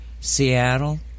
Seattle